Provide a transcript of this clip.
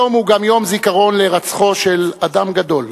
היום הוא גם יום הזיכרון להירצחו של אדם גדול,